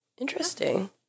Interesting